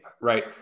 right